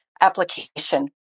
application